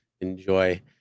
enjoy